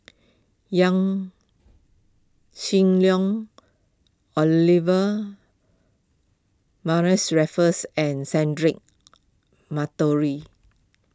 Yaw Shin Leong Olivia Raffles and Cedric Monteiro